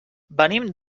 venim